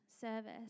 service